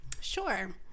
sure